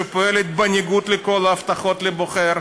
שפועלת בניגוד לכל ההבטחות לבוחר,